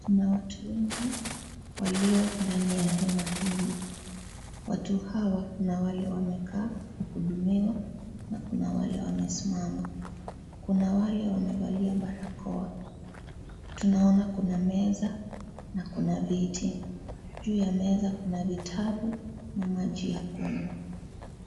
Kuna watu wengi walio ndani ya hema hili, watu hawa kuna wale wamekaa kuhudumiwa na kuna wale wamesimama, kuna wale wamevalia barakoa. Tunaona kuna meza na kuna viti, juu ya meza kuna vitabu na maji ya kunywa.